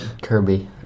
Kirby